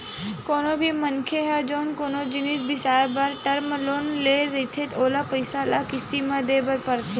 कोनो भी मनखे ह जउन कोनो जिनिस बिसाए बर टर्म लोन ले रहिथे ओला पइसा ल किस्ती म देय बर परथे